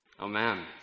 amen